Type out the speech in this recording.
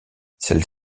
celles